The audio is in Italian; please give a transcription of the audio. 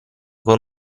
con